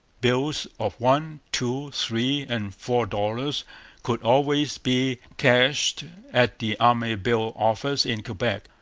bills of one, two, three, and four dollars could always be cashed at the army bill office in quebec.